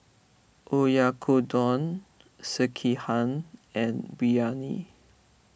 Oyakodon Sekihan and Biryani